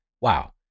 wow